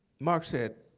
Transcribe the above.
mark said,